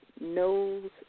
knows